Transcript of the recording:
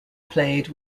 played